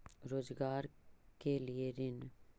रोजगार के लिए ऋण?